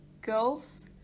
girls